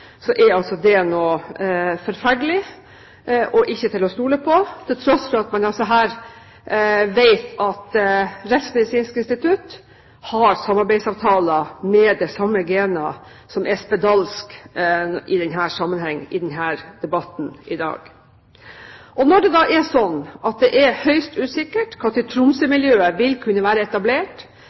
at Rettsmedisinsk institutt har samarbeidsavtaler med det samme GENA som er spedalsk, i denne sammenhengen, i denne debatten i dag. Når det da er sånn at det er høyst usikkert når Tromsø-miljøet vil kunne være etablert,